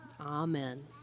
Amen